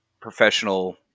professional